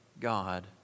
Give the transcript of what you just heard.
God